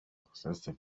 последствия